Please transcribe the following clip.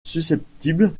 susceptible